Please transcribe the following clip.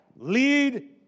Lead